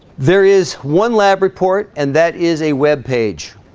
there is one lab report and that is a web page